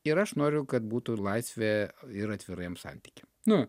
ir aš noriu kad būtų ir laisvė ir atviriem santykiam nu